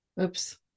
Oops